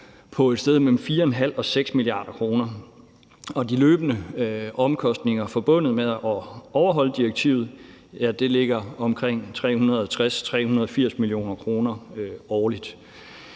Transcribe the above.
på et sted mellem 4,5 og 6 mia. kr. Og de løbende omkostninger forbundet med at overholde direktivet ligger på omkring 360-380 mio. kr. årligt.